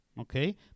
okay